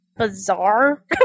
Bizarre